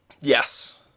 Yes